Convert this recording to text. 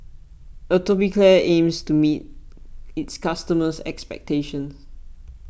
Atopiclair aims to meet its customers' expectations